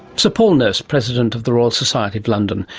so paul nurse, president of the royal society of london.